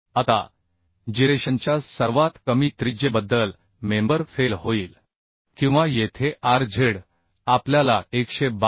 आता जिरेशनच्या सर्वात कमी त्रिज्येबद्दल मेंबर फेल होईल किंवा येथे Rz आपल्याला 122